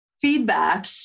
feedback